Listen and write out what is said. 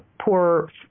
poor